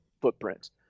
footprints